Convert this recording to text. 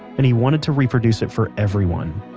and he wanted to reproduce it for everyone,